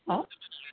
હા